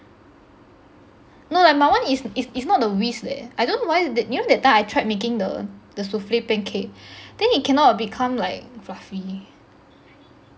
no like my one is is is not a whisk leh I don't why did you know that time I tried making the the souffle pancake then he cannot become like fluffy